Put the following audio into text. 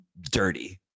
dirty